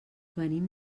venim